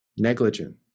Negligent